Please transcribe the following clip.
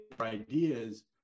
ideas